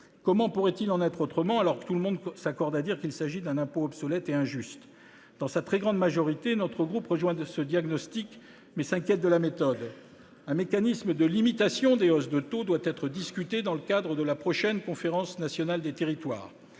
Comment pourrait-il en être autrement, alors que tout le monde s'accorde à dire qu'il s'agit d'un impôt obsolète et injuste ? Dans sa très grande majorité, le groupe Union Centriste rejoint ce diagnostic, mais s'inquiète de la méthode retenue. Un mécanisme de limitation des hausses de taux doit être discuté dans le cadre de la prochaine Conférence nationale des territoires.